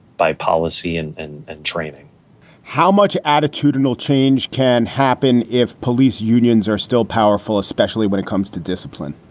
by policy and and and training how much attitudinal change can happen if police unions are still powerful, especially when it comes to discipline?